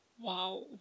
wow